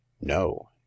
No